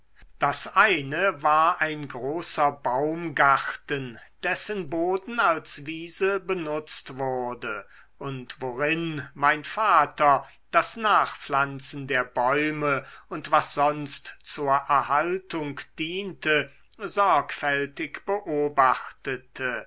das eine war ein großer baumgarten dessen boden als wiese benutzt wurde und worin mein vater das nachpflanzen der bäume und was sonst zur erhaltung diente sorgfältig beobachtete